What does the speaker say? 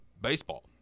baseball